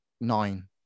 nine